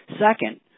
Second